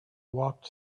walked